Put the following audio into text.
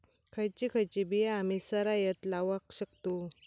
खयची खयची बिया आम्ही सरायत लावक शकतु?